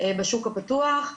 בשוק הפתוח,